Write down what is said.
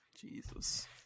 Jesus